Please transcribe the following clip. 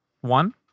One